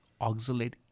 oxalate